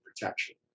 protection